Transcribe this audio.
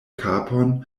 kapon